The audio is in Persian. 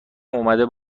اومده